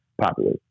popular